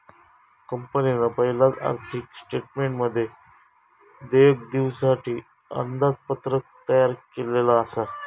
कंपनीन पयलाच आर्थिक स्टेटमेंटमध्ये देयक दिवच्यासाठी अंदाजपत्रक तयार केल्लला आसा